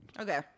Okay